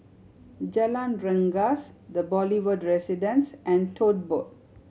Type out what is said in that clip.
Jalan Rengas The Boulevard Residence and Tote Board